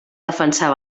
defensar